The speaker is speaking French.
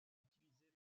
utilisée